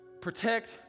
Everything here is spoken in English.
Protect